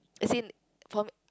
as in for